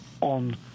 on